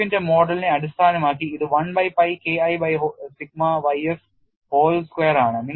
ഇർവിന്റെ മോഡലിനെ അടിസ്ഥാനമാക്കി ഇത് 1 by pi K I by sigma ys whole square ആണ്